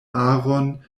aron